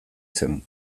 zen